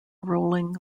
rolling